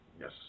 Yes